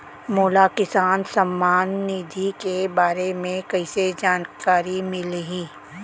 मोला किसान सम्मान निधि के बारे म कइसे जानकारी मिलही?